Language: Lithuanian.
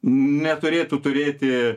neturėtų turėti